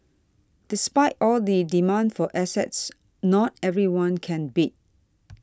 despite all the demand for assets not everyone can bid